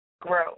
grow